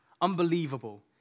unbelievable